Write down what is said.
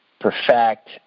perfect